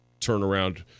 turnaround